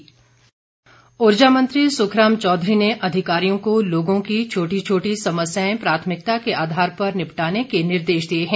सुखराम चौधरी ऊर्जा मंत्री सुखराम चौधरी ने अधिकारियों को लोगों की छोटी छोटी समस्याएं प्राथमिकता के आधार पर निपटाने के निर्देश दिए हैं